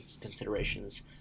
considerations